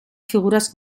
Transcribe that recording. figuras